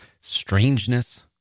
strangeness